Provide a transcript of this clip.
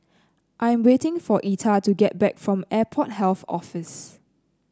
I'm waiting for Etta to get back from Airport Health Office